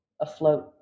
afloat